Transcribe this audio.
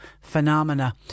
phenomena